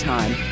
Time